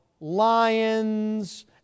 lions